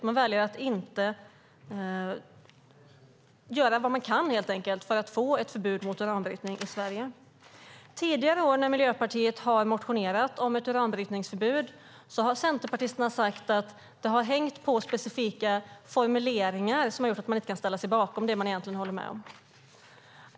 Man väljer att inte göra vad man kan för att få ett förbud mot uranbrytning i Sverige. Tidigare år när Miljöpartiet har motionerat om ett uranbrytningsförbud har centerpartisterna sagt att det har hängt på specifika formuleringar som har gjort att man inte har kunnat ställa sig bakom det man egentligen håller med om.